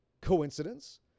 Coincidence